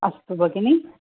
अस्तु भगिनी